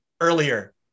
earlier